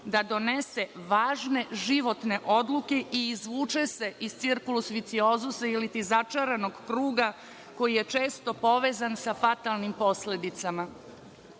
da donese važne životne odluke i izvuče se iz „cirkuloz viciozusa“ ili ti začaranog kruga koji je često povezan sa fatalnim posledicama. Zato